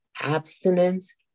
abstinence